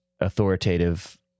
authoritative